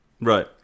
right